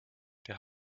der